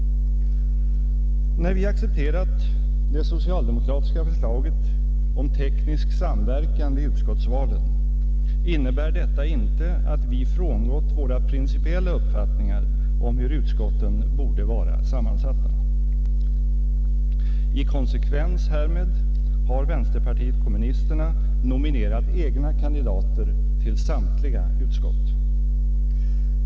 När vi accepterat det socialdemokratiska förslaget om teknisk samverkan vid utskottsvalen innebär detta inte att vi frångått våra principiella uppfattningar om hur utskotten borde vara sammansatta. I konsekvens härmed har vänsterpartiet kommunisterna nominerat egna kandidater till samtliga utskott.